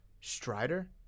Strider